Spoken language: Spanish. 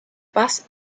paz